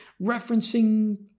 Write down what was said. referencing